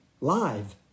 live